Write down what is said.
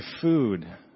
food